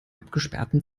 abgesperrten